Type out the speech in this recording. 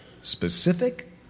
Specific